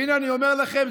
והינה אני אומר לכם,